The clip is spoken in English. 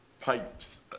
pipes